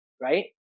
right